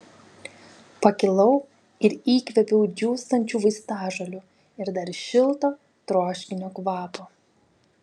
pakilau ir įkvėpiau džiūstančių vaistažolių ir dar šilto troškinio kvapo